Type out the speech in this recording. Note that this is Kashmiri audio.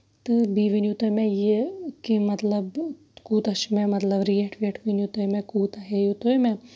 بیٚیہِ ؤنۍ یو تُہۍ مےٚ یہِ کہِ مطلب کوٗتاہ چھُ مےٚ مطلب ریٹ ویٹ ؤنۍ یو تُہۍ مےٚ کوٗتاہ ہیٚیو تُہۍ مےٚ